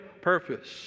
purpose